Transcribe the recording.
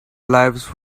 lives